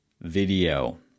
video